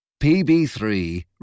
PB3